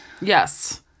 Yes